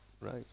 Right